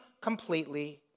completely